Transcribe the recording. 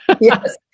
Yes